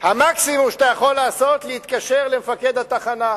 המקסימום שאתה יכול לעשות זה להתקשר למפקד התחנה.